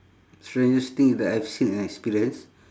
strangest thing that I've seen and experienced